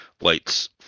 lights